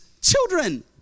children